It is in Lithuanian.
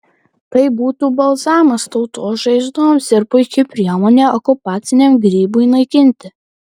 tai būtų balzamas tautos žaizdoms ir puiki priemonė okupaciniam grybui naikinti